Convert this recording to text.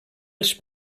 els